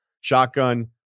shotgun